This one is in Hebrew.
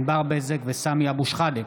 ענבר בזק וסמי אבו שחאדה